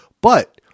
but-